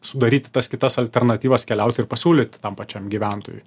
sudaryti tas kitas alternatyvas keliauti ir pasiūlyt tam pačiam gyventojui